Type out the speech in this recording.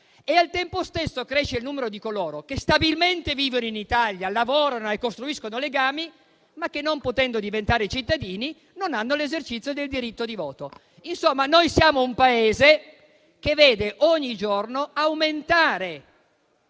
e al tempo stesso cresce il numero di coloro che stabilmente vivono in Italia, lavorano e costruiscono legami, ma che, non potendo diventare cittadini, non hanno l'esercizio del diritto di voto. Insomma, noi siamo un Paese che vede ogni giorno aumentare